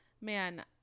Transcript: man